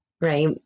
right